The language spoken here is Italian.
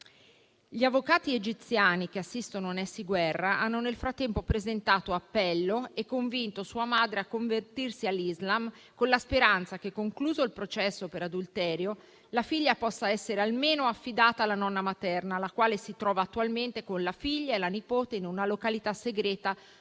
gli avvocati egiziani che assistono Nessy Guerra hanno nel frattempo presentato appello e convinto sua madre a convertirsi all'Islam, con la speranza che, concluso il processo per adulterio, la figlia possa essere almeno affidata alla nonna materna, la quale si trova attualmente con la figlia e la nipote in una località segreta